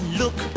look